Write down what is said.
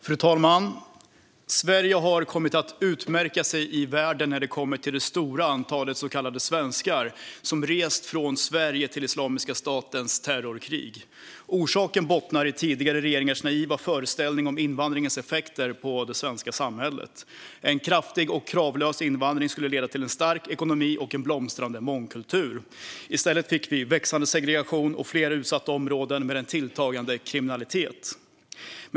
Fru talman! Sverige har kommit att utmärka sig i världen när det kommer till det stora antalet så kallade svenskar som rest från Sverige till Islamiska statens terrorkrig. Orsaken bottnar i tidigare regeringars naiva föreställning om invandringens effekter på det svenska samhället. En kraftig och kravlös invandring skulle leda till en stark ekonomi och en blomstrande mångkultur. I stället fick vi växande segregation och fler utsatta områden med en tilltagande kriminalitet.